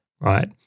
right